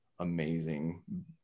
Amazing